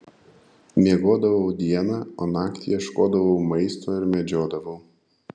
miegodavau dieną o naktį ieškodavau maisto ir medžiodavau